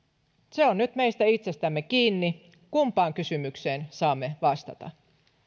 se on nyt meistä itsestämme kiinni kumpaan kysymykseen saamme vastata